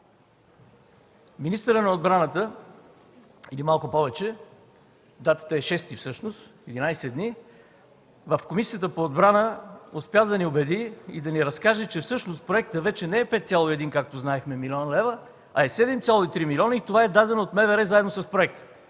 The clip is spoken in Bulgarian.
министърът на отбраната, или малко повече, датата е 6-и – 11 дни, в Комисията по отбрана успя да ни убеди и да ни разкаже, че всъщност проектът вече не е 5,1 млн. лв., както знаехме, а е 7,3 милиона и това е дадено от МВР, заедно с проекта.